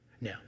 Now